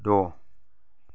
द'